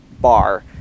bar